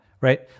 right